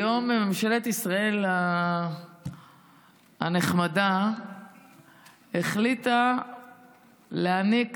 היום ממשלת ישראל הנחמדה החליטה להעניק